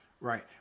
Right